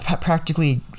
practically